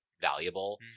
valuable